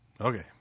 Okay